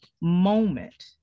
moment